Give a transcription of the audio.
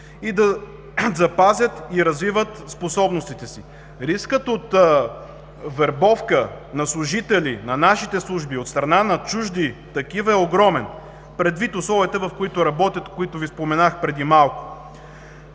и да запазят и развиват способностите си. Рискът от вербовка на служители на нашите служби от страна на чужди такива е огромен, предвид условията в които работят, за които Ви споменах преди малко.